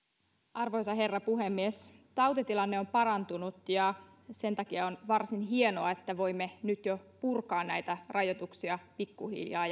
arvoisa herra puhemies tautitilanne on parantunut ja on varsin hienoa että sen takia voimme nyt jo purkaa näitä rajoituksia pikkuhiljaa